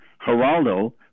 Geraldo